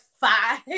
five